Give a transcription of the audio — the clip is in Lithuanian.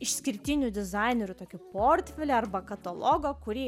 išskirtinių dizainerių tokį portfelį arba katalogą kurį